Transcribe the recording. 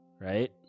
right